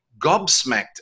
gobsmacked